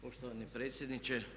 Poštovani predsjedniče.